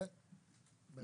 כן, בהחלט.